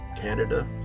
Canada